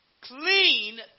clean